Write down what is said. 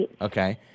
Okay